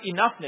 enoughness